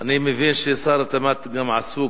אני מבין שגם שר התמ"ת עסוק,